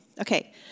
Okay